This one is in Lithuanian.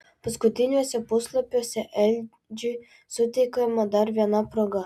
paskutiniuose puslapiuose edžiui suteikiama dar viena proga